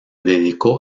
dedicó